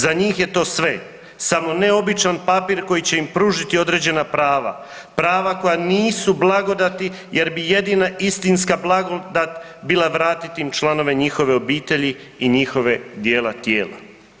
Za njih je to sve, samo ne običan papir koji će im pružiti određena prava, prava koja nisu blagodati jer bi jedina istinska blagodat bila vratiti im članove njihove obitelji i njihove dijela tijela.